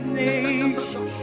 nation